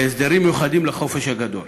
והסדרים מיוחדים לחופש הגדול.